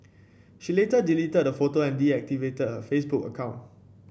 she later deleted the photo and deactivated her Facebook account